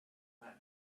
meant